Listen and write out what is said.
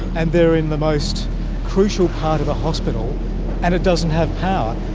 and they're in the most crucial part of the hospital and it doesn't have power.